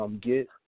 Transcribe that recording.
get